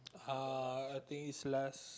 uh I think is last